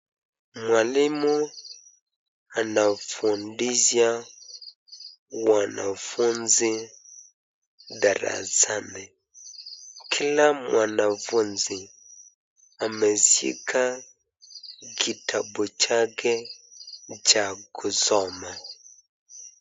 Mwalimu anafundisha wanafunzi darasani. Kila mwanafunzi ameshika kitabu chake cha kusoma.